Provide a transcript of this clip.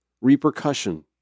repercussion